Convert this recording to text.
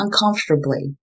uncomfortably